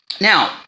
now